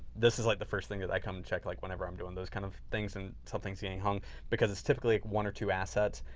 this is like the first thing that i come and check like whenever i'm doing those kinds of things and something's getting hung because it's typically one or two assets.